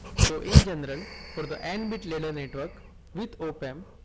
so, in general for the n-bit ladder network, with op-amp,